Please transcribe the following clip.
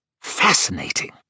Fascinating